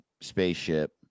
spaceship